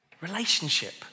Relationship